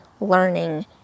learning